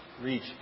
reach